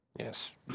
Yes